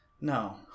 No